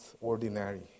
ordinary